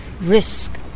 risk